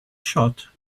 shot